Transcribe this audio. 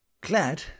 glad